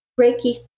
Reiki